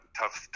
tough